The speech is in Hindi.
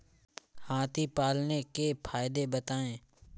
हाथी पालने के फायदे बताए?